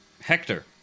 Hector